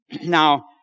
Now